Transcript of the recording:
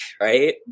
right